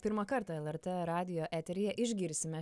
pirmą kartą lrt radijo eteryje išgirsime